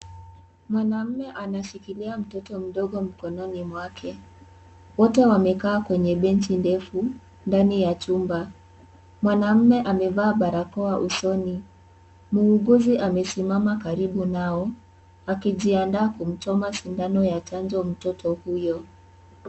Mwanaume ameshikilia mtoto mdogo mkononi mwake. Wote wamekaa kwenye benchi ndefu ndani ya chumba. Mwanaume amevaa barakoa usoni. Muuguzi amesimama karibu nao akijiandaa kumchoma sindano ya chanjo mtoto huyo.